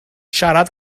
siarad